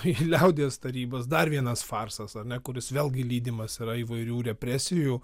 į liaudies tarybas dar vienas farsas ar ne kuris vėlgi lydimas yra įvairių represijų